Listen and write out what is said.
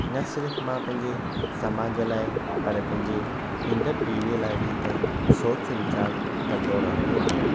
न सिरिफ़ मां पंहिंजे समाज लाइ पर पंहिंजे ईंदड़ पीढ़ीअ लाइ बि त सोच वीचार कंदो रहंदो आहियां